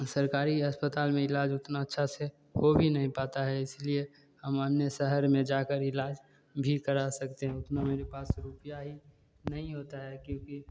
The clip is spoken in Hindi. सरकारी अस्पताल में इलाज उतना अच्छा से हो भी नहीं पाता है इसलिए हम अन्य शहर में जा कर इलाज भी करा सकते हैं अतना मेरे पास रूपये ही नहीं होता है क्योंकि